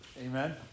Amen